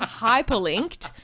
hyperlinked